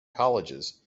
colleges